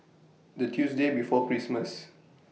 The Tuesday before Christmas